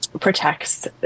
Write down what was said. protects